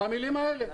במילים האלה.